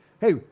hey